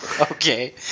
Okay